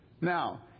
now